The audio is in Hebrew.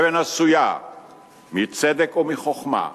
אבן העשויה מצדק ומחוכמה,